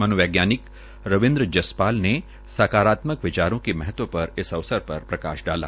मानोवैज्ञानिक रविन्द्र जसपाल ने साकारात्मक विचारों के महत्व पर प्रकाश डाला